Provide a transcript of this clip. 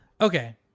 okay